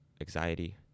anxiety